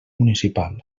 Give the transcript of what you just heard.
municipal